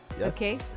Okay